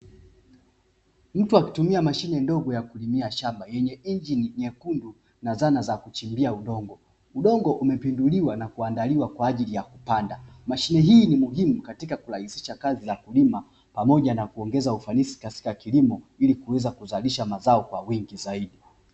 Mtu akitumia mashine ndogo ya kulimia shamba yenye injini nyekundu na zana za kuchimbia udongo, udongo umepinduliwa na kuandaliwa kwa ajili ya kupanda mashine hii ni muhimu katika kurahisisha kazi za kulima pamoja na kuongeza ufanisi katika kilimo ili kuweza kuzalisha mazao kwa wingi zaidi.